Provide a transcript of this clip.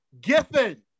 Giffen